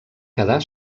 quedar